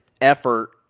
effort